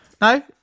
no